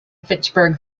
fitchburg